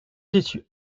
situe